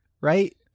right